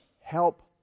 help